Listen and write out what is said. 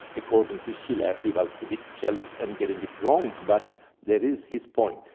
according to schiller, he was a bit jealous and getting it wrong, but there is his point.